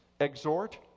exhort